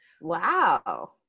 Wow